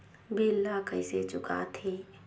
bill ला कइसे चुका थे